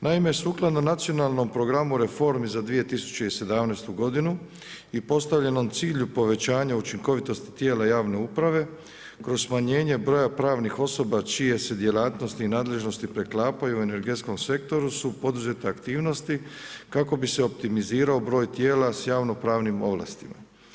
Naime, sukladno Nacionalnom programu reformi za 2017. godinu i postavljenom cilj povećanja učinkovitosti tijela javne uprave kroz smanjenje broja pravnih osoba čije se djelatnosti i nadležnosti preklapaju u energetskom sektoru su poduzete aktivnosti kako bi se optimizirao broj tijela s javnopravnim ovlastima.